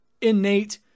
innate